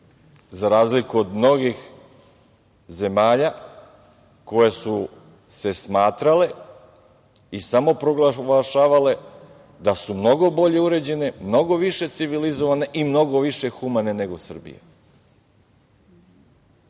Za razliku od mnogih zemalja koje su se smatrale i samoproglašavale da su mnogo bolje uređene, mnogo više civilizovane i mnogo više humane nego Srbija. Tim